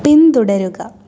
പിന്തുടരുക